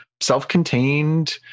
self-contained